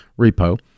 repo